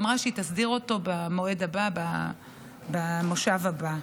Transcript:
היא אמרה שהיא תסדיר אותו במועד הבא, במושב הבא.